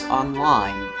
online